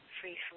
free